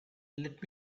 let